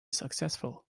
successful